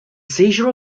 seizure